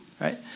right